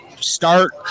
Start